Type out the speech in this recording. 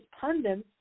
pundits